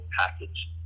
package